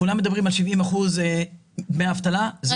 כולם מדברים על 70% דמי אבטלה, זה ממש לא נכון.